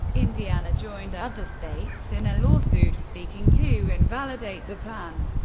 indiana joined other states in a lawsuit seeking to invalidate the plan.